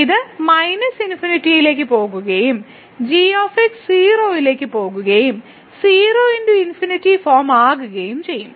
ഇത് ∞ ലേക്ക് പോകുകയും g 0 ലേക്ക് പോകുകയും 0 ×∞ ഫോം ആകുകയും ചെയ്യും